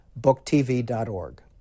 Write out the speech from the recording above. booktv.org